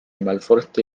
malforte